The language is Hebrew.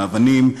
האבנים,